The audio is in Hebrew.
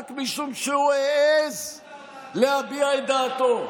רק משום שהוא העז להביע את דעתו,